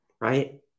Right